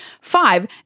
Five